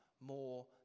more